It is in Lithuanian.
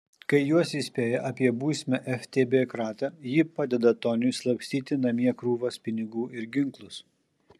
kai juos įspėja apie būsimą ftb kratą ji padeda toniui slapstyti namie krūvas pinigų ir ginklus